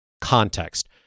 context